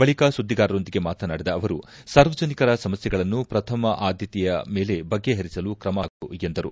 ಬಳಿಕ ಸುದ್ವಿಗಾರರೊಂದಿಗೆ ಮಾತನಾಡಿದ ಅವರು ಸಾರ್ವಜನಿಕರ ಸಮಸ್ತೆಗಳನ್ನು ಪ್ರಥಮ ಆದ್ದತೆಯ ಮೇಲೆ ಬಗೆಹರಿಸಲು ತ್ರಮ ಕೈಗೊಳ್ಳಲಾಗುವುದು ಎಂದರು